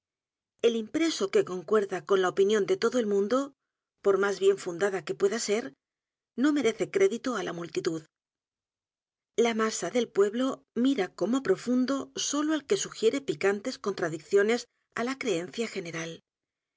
el impreso que concuerda con la opinión de todo el mundo por más bien fundada que pueda ser no merece crédito á la multitud la masa del pueblo mira edgar poe novelas y cuentos como profundo sólo al que sugiere picantes contradic dones á la creencia general